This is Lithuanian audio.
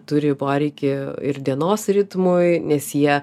turi poreikį ir dienos ritmui nes jie